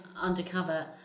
undercover